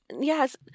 Yes